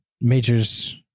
Major's